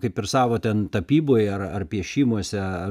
kaip ir savo ten tapyboj ar ar piešimuose